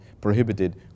prohibited